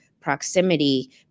proximity